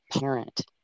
parent